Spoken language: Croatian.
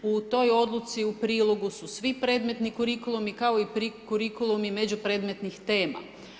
U toj odluci u prilogu su svi predmetni kurikulumi, kao i kurikulurni međupredmetnih tema.